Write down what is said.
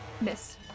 Miss